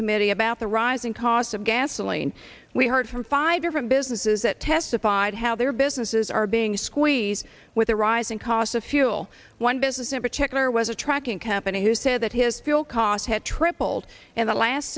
committee about the rising cost of gasoline we heard from five different businesses that testified how their business as are being squeezed with the rising cost of fuel one business in particular was a tracking company who said that his fuel costs had tripled in the last